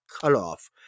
cutoff